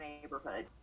neighborhood